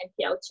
NPL